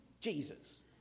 Jesus